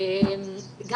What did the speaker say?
כי